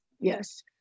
Yes